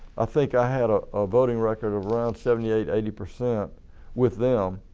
ah think i had a voting record of around seventy-eight eighty-percent with them